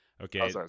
Okay